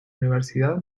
universidad